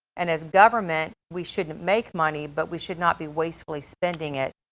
and as government, we shouldn't make money, but we should not be wastefully spending it.